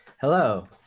Hello